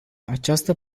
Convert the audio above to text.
această